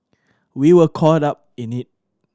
we were caught up in it